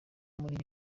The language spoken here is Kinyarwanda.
muri